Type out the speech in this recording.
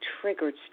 triggered